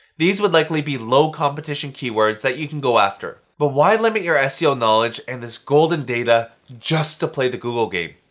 these would likely be low competition keywords that you can go after. but why limit your ah seo knowledge and this golden data just to play the google game?